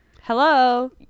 Hello